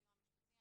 בסיוע המשפטי,